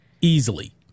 Easily